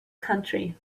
country